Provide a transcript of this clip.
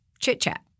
chit-chat